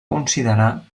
considerar